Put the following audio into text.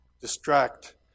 distract